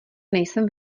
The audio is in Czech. nejsem